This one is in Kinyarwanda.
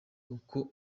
uko